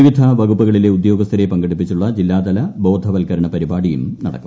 വിവിധ വകുപ്പുകളിലെ ഉദ്യോഗസ്ഥരെ പങ്കെടുപ്പിച്ചുള്ള ജില്ലാതല ബോധവത്കരണ പരിപാടിയും നടക്കും